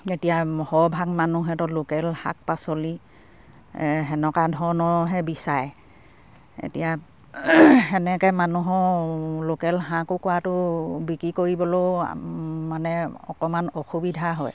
যেতিয়া সৰহভাগ মানুহেতো লোকেল শাক পাচলি সেনেকুৱা ধৰণৰহে বিচাৰে এতিয়া সেনেকে মানুহৰ লোকেল হাঁহ কুকুৰাটো বিক্ৰী কৰিবলও মানে অকমান অসুবিধা হয়